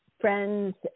friends